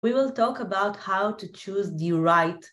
‫אנחנו נדבר על איך לבחור בנכון.